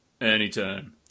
Anytime